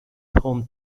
home